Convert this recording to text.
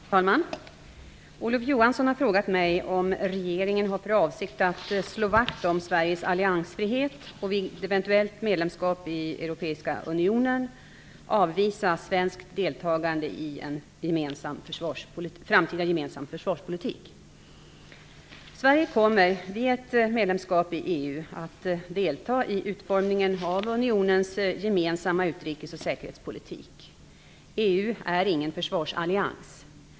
Fru talman! Olof Johansson har frågat mig om regeringen har för avsikt att slå vakt om Sveriges alliansfrihet och vid ett eventuellt medlemskap i Sverige kommer vid ett medlemskap i EU att delta i utformningen av unionens gemensamma utrikes och säkerhetspolitik. EU är ingen försvarsallians.